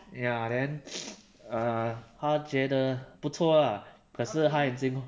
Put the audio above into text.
ya then err 他觉得不错 ah 可是他已经